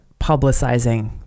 publicizing